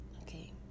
Okay